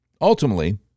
ultimately